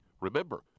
Remember